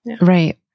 right